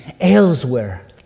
elsewhere